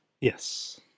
Yes